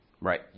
Right